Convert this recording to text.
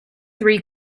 three